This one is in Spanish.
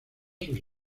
sus